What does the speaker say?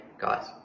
guys